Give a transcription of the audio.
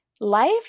life